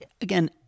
again